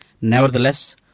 Nevertheless